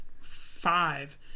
five